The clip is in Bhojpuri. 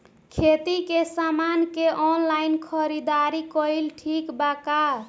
खेती के समान के ऑनलाइन खरीदारी कइल ठीक बा का?